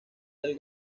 del